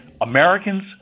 Americans